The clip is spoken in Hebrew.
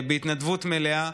בהתנדבות מלאה.